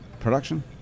production